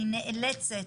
אני נאלצת,